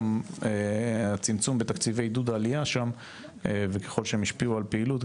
גם הצמצום בתקציבי עידוד העלייה וככל שהם השפיעו על הפעילות,